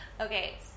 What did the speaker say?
Okay